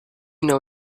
know